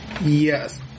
Yes